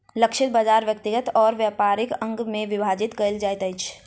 लक्षित बाजार व्यक्तिगत और व्यापारिक अंग में विभाजित कयल जाइत अछि